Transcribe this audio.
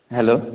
hello